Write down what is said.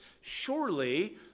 surely